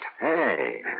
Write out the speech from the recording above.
Hey